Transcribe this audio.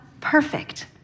perfect